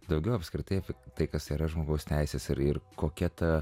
daugiau apskritai apie tai kas yra žmogaus teisės ir ir kokia ta